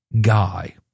guy